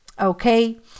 Okay